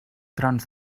trons